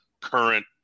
current